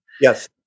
Yes